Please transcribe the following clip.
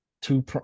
two